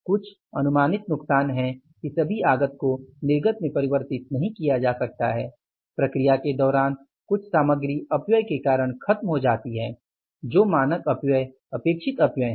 कुछ अनुमानित नुकसान हैं कि सभी आगत को निर्गत में परिवर्तित नहीं किया जा सकता है प्रक्रिया के दौरान कुछ सामग्री अपव्यय के कारण ख़त्म जाती है जो मानक अपव्यय अपेक्षित अपव्यय हैं